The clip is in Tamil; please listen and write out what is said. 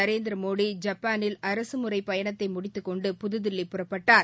நரேந்திரமோடி ஜப்பானில் அரசுமுறை பயணத்தை முடித்துக்கொண்டு புதுதில்லி புறப்பட்டார்